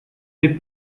fait